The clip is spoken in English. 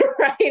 right